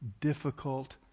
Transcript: difficult